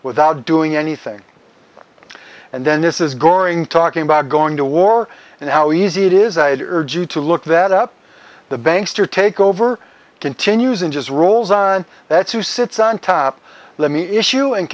without doing anything and then this is goring talking about going to war and how easy it is i'd urge you to look that up the banks to take over continues in just rolls on that's who sits on top let me issue and